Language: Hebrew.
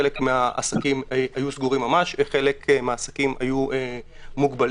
חלק מהעסקים היו סגורים ממש וחלק מהעסקים היו מוגבלים.